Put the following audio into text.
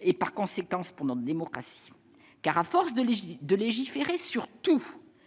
et en conséquence, pour notre démocratie, car à force de légiférer sur tout,